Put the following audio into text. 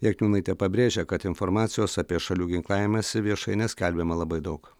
jakniūnaitė pabrėžia kad informacijos apie šalių ginklavimąsi viešai neskelbiama labai daug